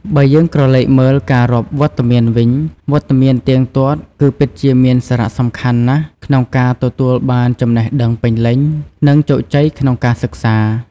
បើយើងក្រឡេកមើល ការរាប់វត្តមានវិញ វត្តមានទៀងទាត់គឺពិតជាមានសារៈសំខាន់ណាស់ក្នុងការទទួលបានចំណេះដឹងពេញលេញ និងជោគជ័យក្នុងការសិក្សា។